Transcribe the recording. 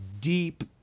deep